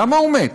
למה הוא מת?